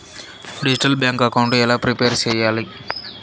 Digital bank account ఎలా prepare సెయ్యాలి?